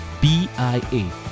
BIA